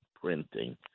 printing